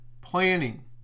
planning